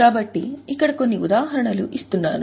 కాబట్టి ఇక్కడ కొన్ని ఉదాహరణలు ఇస్తున్నాను